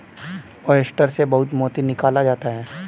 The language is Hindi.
ओयस्टर से बहुत मोती निकाला जाता है